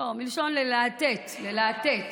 לא, מלשון ללהטט, ללהטט